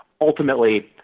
ultimately